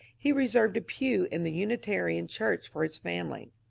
he reserved a pew in the uni tarian church for his family.